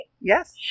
Yes